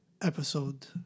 episode